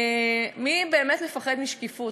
מי מפחד משקיפות,